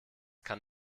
kann